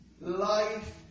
life